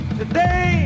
today